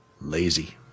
Lazy